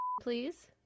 Please